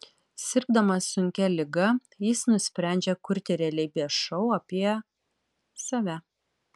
sirgdamas sunkia liga jis nusprendžia kurti realybės šou apie save